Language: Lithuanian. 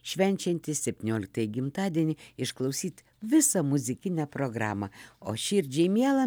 švenčiantį septynioliktąjį gimtadienį išklausyt visą muzikinę programą o širdžiai mielą